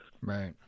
right